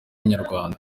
inyarwanda